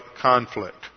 conflict